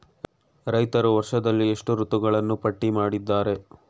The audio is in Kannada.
ರೈತರು ವರ್ಷದಲ್ಲಿ ಎಷ್ಟು ಋತುಗಳನ್ನು ಪಟ್ಟಿ ಮಾಡಿದ್ದಾರೆ?